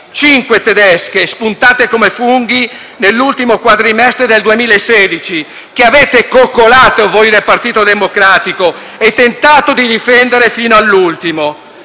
cinque tedesche spuntate come funghi nell'ultimo quadrimestre del 2016, che avete coccolato voi del Partito Democratico e tentato di difendere fino all'ultimo.